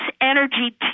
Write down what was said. energy